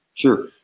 Sure